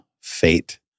fate